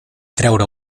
treure